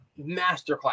masterclass